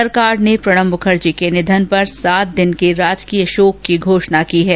सरकार ने प्रणब मुखर्जी के निधन पर सात दिन के राजकीय शोक की घोषणा की है